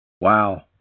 Wow